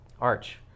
Arch